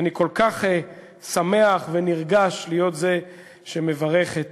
אני כל כך שמח ונרגש להיות זה שמברך את